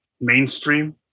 mainstream